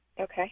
Okay